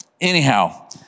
anyhow